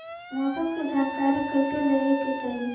मौसम के जानकारी कईसे लेवे के चाही?